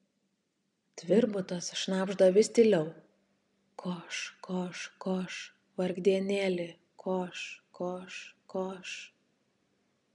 tvirbutas šnabžda vis tyliau koš koš koš vargdienėli koš koš koš